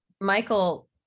Michael